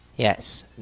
Yes